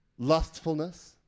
lustfulness